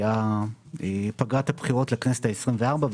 בתקופת פגרת הבחירות לכנסת ה-24,